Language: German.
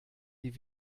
die